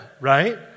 right